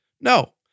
No